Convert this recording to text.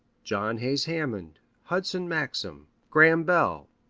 john hays hammond, hudson maxim, graham bell.